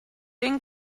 den